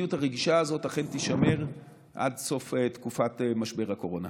המדיניות הרגישה הזאת אכן תישמר עד סוף תקופת משבר הקורונה.